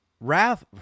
wrath